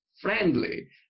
friendly